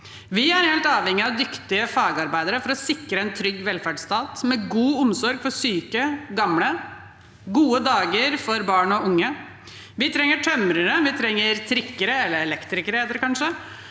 Vi er helt avhengig av dyktige fagarbeidere for å sikre en trygg velferdsstat med god omsorg for syke og gamle og gode dager for barn og unge. Vi trenger tømrere, vi trenger «trikkere», eller det heter kanskje